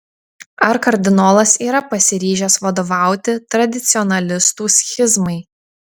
ar kardinolas yra pasiryžęs vadovauti tradicionalistų schizmai